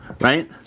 right